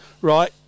right